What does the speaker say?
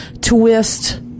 twist